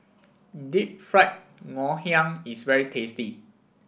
Deep Fried Ngoh Hiang is very tasty